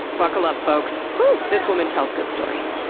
buckle up folks! hooo! this woman tells good stories.